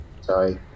Sorry